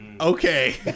Okay